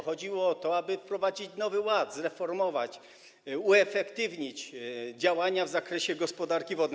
Chodziło o to, aby wprowadzić nowy ład, zreformować, uefektywnić działania w zakresie gospodarki wodnej.